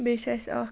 بیٚیہِ چھِ اَسہِ اَکھ